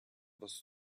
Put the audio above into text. was